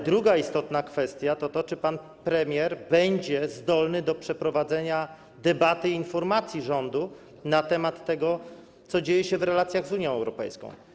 Ale druga istotna kwestia dotyczy tego, czy pan premier będzie zdolny do przeprowadzenia debaty i udzielenia informacji rządu na temat tego, co dzieje się w relacjach z Unią Europejską.